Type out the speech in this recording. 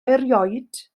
erioed